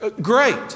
great